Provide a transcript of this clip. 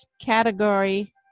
category